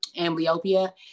amblyopia